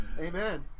Amen